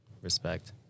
respect